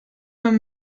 man